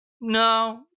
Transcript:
No